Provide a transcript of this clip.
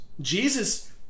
Jesus